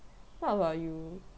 what about you